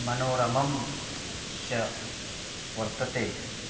मनोरमं च वर्तते